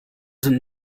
sind